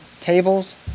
tables